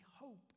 hope